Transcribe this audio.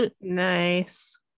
nice